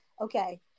okay